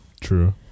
True